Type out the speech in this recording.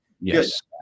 Yes